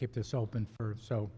keep this open for so